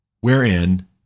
wherein